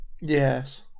Yes